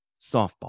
softball